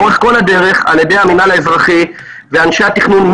אמרתי שהתוכנית הזו לאורך כל הדרך על ידי המינהל האזרחי ואנשי התכנון,